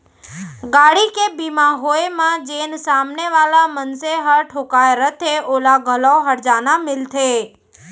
गाड़ी के बीमा होय म जेन सामने वाला मनसे ह ठोंकाय रथे ओला घलौ हरजाना मिलथे